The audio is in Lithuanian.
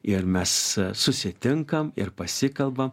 ir mes susitinkam ir pasikalbam